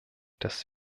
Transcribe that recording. dass